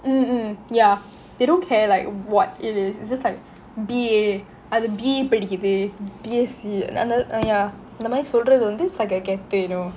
mm mm ya they don't care like what it is it's just like B_A அது:athu B_A படிக்குது:padikkuthu B_S_C I mean ya இதெல்லாம் சொல்றது வந்து:ithellam solrathu vanthu is like a கெத்து:getthu you know